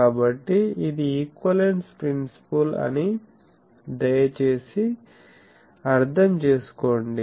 కాబట్టి ఇది equivalence principle అని దయచేసి అర్థం చేసుకోండి